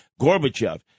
Gorbachev